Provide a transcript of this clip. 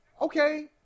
okay